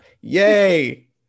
Yay